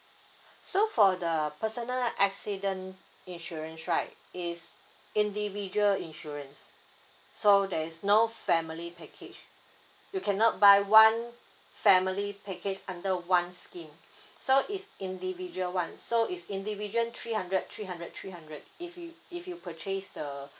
so for the personal accident insurance right it's individual insurance so there is no family package you cannot buy one family package under one scheme so it's individual [one] so it's individual three hundred three hundred three hundred if you if you purchase the